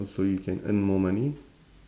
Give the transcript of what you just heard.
so you can earn more money